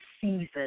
season